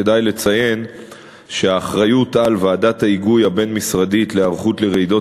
כדאי לציין שהאחריות לוועדת ההיגוי הבין-משרדית להיערכות לרעידות